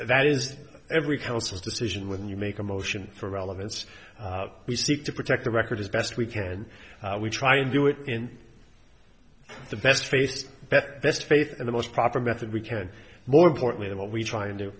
that is every council's decision when you make a motion for relevance we seek to protect the record as best we can and we try and do it in the best face bet best faith and the most proper method we can more importantly than what we try and do